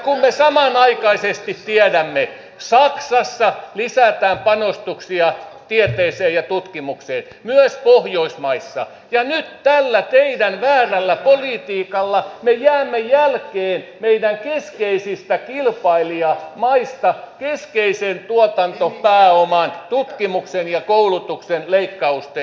ja kun me samanaikaisesti tiedämme että saksassa lisätään panostuksia tieteeseen ja tutkimukseen myös pohjoismaissa niin nyt tällä teidän väärällä politiikallanne me jäämme jälkeen meidän keskeisistä kilpailijamaistamme keskeisen tuotantopääoman tutkimuksen ja koulutuksen leikkausten johdosta